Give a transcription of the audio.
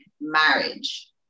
marriage